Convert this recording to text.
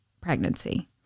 pregnancy